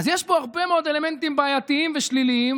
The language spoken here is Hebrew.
יש בו הרבה מאוד אלמנטים בעייתיים ושליליים.